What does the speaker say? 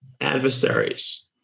adversaries